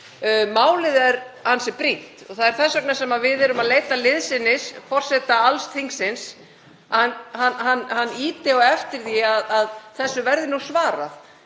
Málið er ansi brýnt og það er þess vegna sem við leitum liðsinnis forseta alls þingsins, að hann ýti á eftir því að þessu verði svarað.